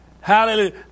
hallelujah